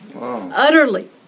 utterly